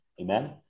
Amen